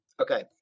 Okay